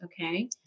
okay